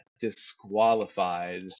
disqualified